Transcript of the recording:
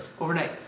overnight